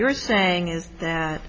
you're saying is that